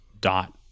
Dot